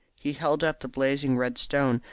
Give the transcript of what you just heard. he held up the blazing red stone,